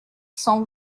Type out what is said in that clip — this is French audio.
cent